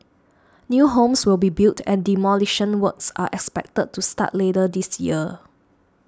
new homes will be built and demolition works are expected to start later this year